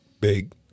big